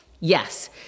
Yes